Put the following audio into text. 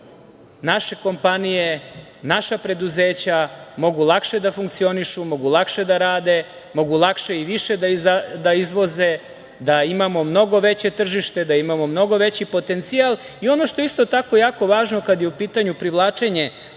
naše kompanije, naša preduzeća mogu lakše da funkcionišu, mogu lakše da rade, mogu lakše i više da izvoze, da imamo mnogo veće tržište, da imamo mnogo veći potencijal. Ono što je isto tako jako važno kada je u pitanju privlačenje